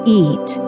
eat